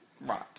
Right